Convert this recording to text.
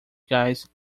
gás